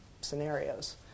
scenarios